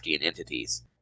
entities